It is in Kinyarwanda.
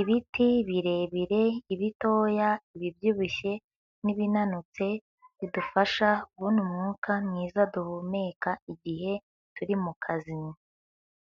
ibiti birebire, ibitoya, ibibyibushye n'ibinanutse, bidufasha kubona umwuka mwiza duhumeka igihe turi mu kazi.